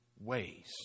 ways